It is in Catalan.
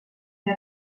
fer